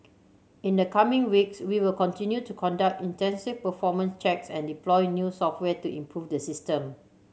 in the coming weeks we will continue to conduct intensive performance checks and deploy new software to improve the system